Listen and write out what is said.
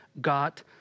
got